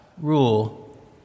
rule